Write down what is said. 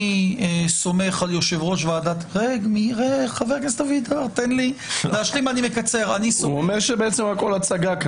אני סומך על יושב-ראש- -- הוא אומר שהכול הצגה.